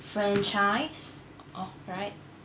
franchise right